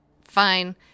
Fine